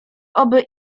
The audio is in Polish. oby